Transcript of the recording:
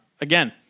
again